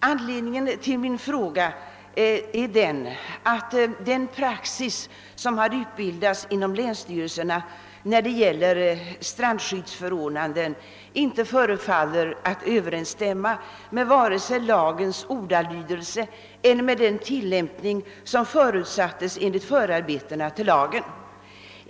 Anledningen till min fråga är att den praxis som utbildats inom länsstyrelserna när det gäller strandskyddsförordnanden inte förefaller överensstämma vare sig med lagens ordalydelse eller med den tillämpning som förutsattes enligt förarbetena till lagen.